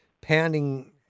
pounding